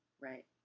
Right